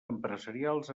empresarials